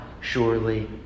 surely